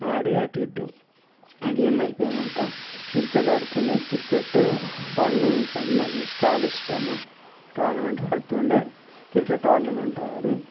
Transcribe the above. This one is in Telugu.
ఆడి అటు ఇటు ఆ గేమ్ అయిపోయినాక క్రికెట్ ఆడుతుండే క్రికెట్ టోర్నమెంట్స్ అన్నీ నాకు చాలా ఇష్టము టోర్నమెంట్ ఆడుతుండే క్రికెట్ టోర్నమెంట్ ఆడి